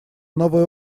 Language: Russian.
новый